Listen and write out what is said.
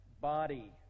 body